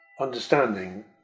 understanding